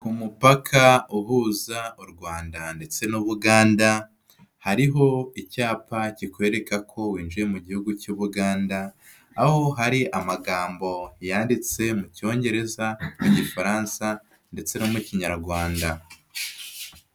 Umupaka uhuza u Rwanda ndetse n'u buganda, hariho icyapa kikwereka ko winjiye mu gihugu cy'u Buganda, aho hari amagambo yanditse mu cyongereza, igifaransa ndetse no mu kinyarwanda.